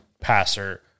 passer